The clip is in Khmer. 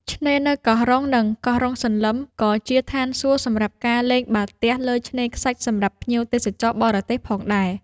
ឆ្នេរនៅកោះរ៉ុង និងកោះរ៉ុងសន្លឹម ក៏ជាឋានសួគ៌សម្រាប់ការលេងបាល់ទះលើឆ្នេរខ្សាច់សម្រាប់ភ្ញៀវទេសចរបរទេសផងដែរ។